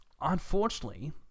unfortunately